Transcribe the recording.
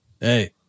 Hey